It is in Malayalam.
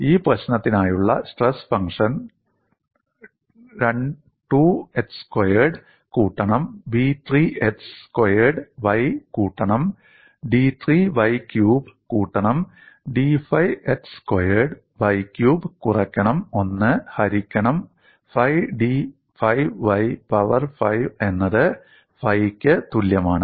ഈ പ്രശ്നത്തിനായുള്ള സ്ട്രെസ് ഫംഗ്ഷൻ 2 x സ്ക്വയേർഡ് കൂട്ടണം b 3 x സ്ക്വയേർഡ് y കൂട്ടണം d 3 y ക്യൂബ് കൂട്ടണം d 5 x squared y cube കുറക്കണം 1 ഹരിക്കണം 5 d 5 y പവർ 5 എന്നത് ഫൈ ക്ക് തുല്യമാണ്